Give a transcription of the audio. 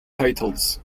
titles